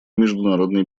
международной